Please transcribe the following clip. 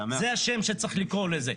זה השם שצריך לקרוא לזה.